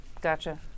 gotcha